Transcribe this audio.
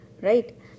right